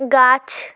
গাছ